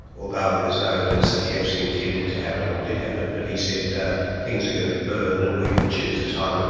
although there is no evidence that he actually intended to happen what did happen, but he said, things are going to burn and we're going to choose a time, ah